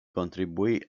contribuì